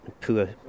poor